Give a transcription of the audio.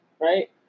right